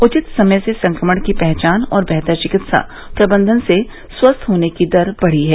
उचित समय से संक्रमण की पहचान और बेहतर चिकित्सा प्रबन्धन से स्वस्थ होने की दर बढ़ी है